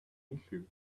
issue